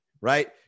right